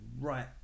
right